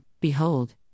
Behold